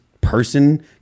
person